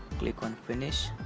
click on finish